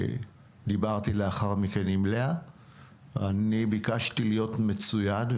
דיברתי לאחר מכן עם לאה וביקשתי להיות מצויד,